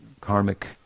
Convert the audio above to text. karmic